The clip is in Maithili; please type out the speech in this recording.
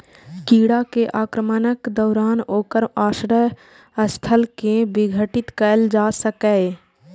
कीड़ा के आक्रमणक दौरान ओकर आश्रय स्थल कें विघटित कैल जा सकैए